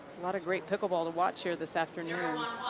lot of great pickleball to watch here this afternoon. one